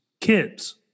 kids